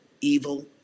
evil